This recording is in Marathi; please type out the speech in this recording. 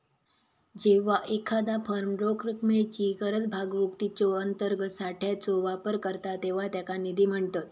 जेव्हा एखादा फर्म रोख रकमेची गरज भागवूक तिच्यो अंतर्गत साठ्याचो वापर करता तेव्हा त्याका निधी म्हणतत